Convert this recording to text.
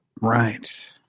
Right